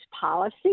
policy